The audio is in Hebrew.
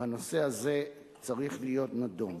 והנושא הזה צריך להיות נדון.